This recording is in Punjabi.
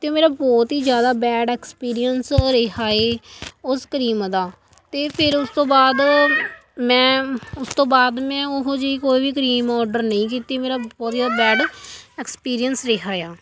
ਅਤੇ ਮੇਰਾ ਬਹੁਤ ਹੀ ਜ਼ਿਆਦਾ ਬੈਡ ਐਕਸਪੀਰੀਅੰਸ ਰਿਹਾ ਹੈ ਉਸ ਕਰੀਮ ਦਾ ਅਤੇ ਫਿਰ ਉਸ ਤੋਂ ਬਾਅਦ ਮੈਂ ਉਸ ਤੋਂ ਬਾਅਦ ਮੈਂ ਉਹੋ ਜਿਹੀ ਕੋਈ ਵੀ ਕਰੀਮ ਔਡਰ ਨਹੀਂ ਕੀਤੀ ਮੇਰਾ ਬਹੁਤ ਹੀ ਜ਼ਿਆਦਾ ਬੈਡ ਐਕਸਪੀਰੀਅੰਸ ਰਿਹਾ ਆ